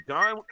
Don